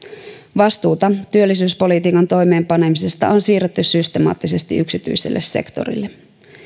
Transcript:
vastuuta työllisyyspolitiikan toimeenpanemisesta on siirretty systemaattisesti yksityiselle sektorille